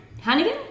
Hannigan